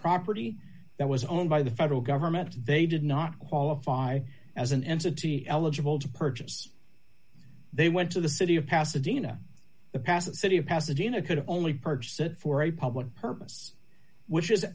property that was owned by the federal government they did not qualify as an entity eligible to purchase they went to the city of pasadena the past the city of pasadena could only purchase it for a public purpose which is